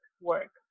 work